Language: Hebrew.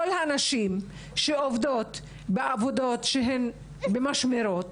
כל הנשים שעובדות בעבודות שהן במשמרות